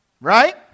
Right